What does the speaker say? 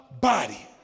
body